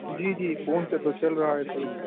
جی جی فون پے تو چل رہا ہے صحیح